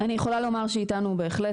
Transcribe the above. אני יכולה לומר שאיתנו בהחלט,